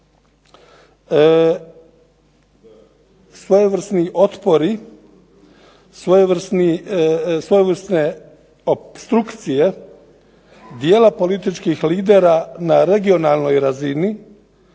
svojevrsni otpori, svojevrsne opstrukcije dijela političkih lidera na regionalnoj razini